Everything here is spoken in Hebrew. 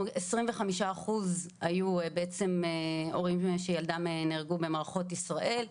25% מההורים היו בעצם הורים שילדיהם נהרגו במערכות ישראל.